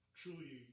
truly